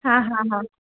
હા હા હા